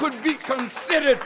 could be considered